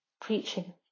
preaching